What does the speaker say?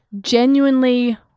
genuinely